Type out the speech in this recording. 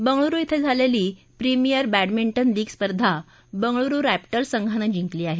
बंगळूरु इथं झालेली premier badminton league स्पर्धा बंगळूरु रद्विर्स संघानं जिंकली आहे